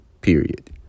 Period